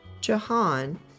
Jahan